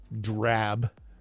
drab